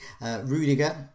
Rudiger